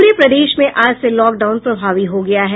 पूरे प्रदेश में आज से लॉकडाउन प्रभावी हो गया है